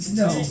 no